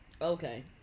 Okay